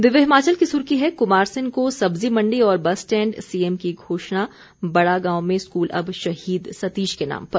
दिव्य हिमाचल की सुर्खी है कुमारसेन को सब्जी मंडी और बस स्टैंड सीएम की घोषणा बड़ा गांव में स्कूल अब शहीद सतीश के नाम पर